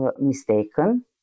mistaken